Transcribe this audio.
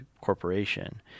corporation